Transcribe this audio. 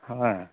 হয়